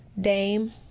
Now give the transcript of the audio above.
Dame